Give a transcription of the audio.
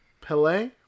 Pele